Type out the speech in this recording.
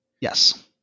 Yes